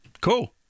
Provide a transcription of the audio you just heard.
Cool